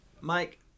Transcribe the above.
Mike